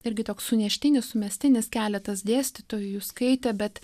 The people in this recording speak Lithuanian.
irgi toks suneštinis sumestinis keletas dėstytojų skaitė bet